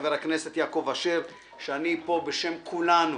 חבר הכנסת יעקב אשר שאני פה בשם כולנו